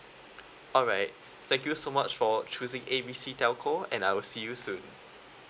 alright thank you so much for choosing A B C telco and I will see you soon